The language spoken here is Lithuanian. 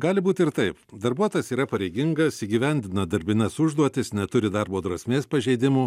gali būti ir taip darbuotojas yra pareigingas įgyvendina darbines užduotis neturi darbo drausmės pažeidimų